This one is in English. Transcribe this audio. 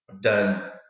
done